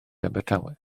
abertawe